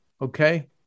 Okay